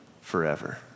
forever